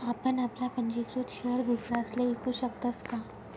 आपण आपला पंजीकृत शेयर दुसरासले ईकू शकतस का?